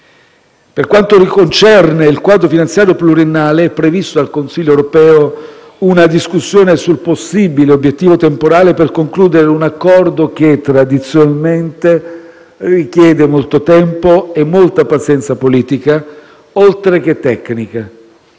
Per quanto concerne il quadro finanziario pluriennale, è prevista dal Consiglio europeo una discussione sul possibile obiettivo temporale per concludere un accordo che tradizionalmente richiede molto tempo e molta pazienza politica, oltre che tecnica.